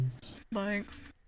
Thanks